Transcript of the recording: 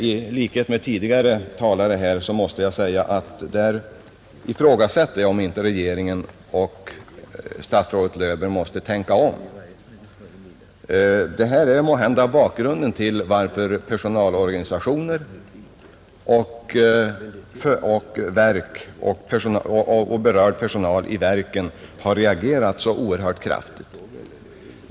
I likhet med tidigare talare vill jag säga att jag ifrågasätter om inte regeringen och statsrådet Löfberg måste tänka om i det avseendet. Detta är måhända bakgrunden till att personalorganisationer och berörd personal i verken har reagerat så oerhört kraftigt.